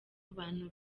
abantu